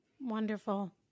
Wonderful